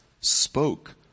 spoke